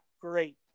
Great